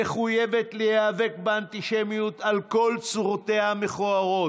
מחויבת להיאבק באנטישמיות על כל צורותיה המכוערות,